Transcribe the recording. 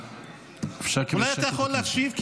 אולי אתה יכול להקשיב,